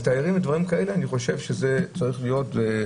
תיירים זה אירוע אחר.